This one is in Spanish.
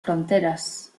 fronteras